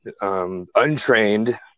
untrained